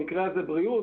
במקרה הזה בריאות,